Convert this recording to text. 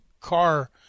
car